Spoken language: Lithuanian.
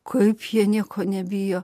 kaip jie nieko nebijo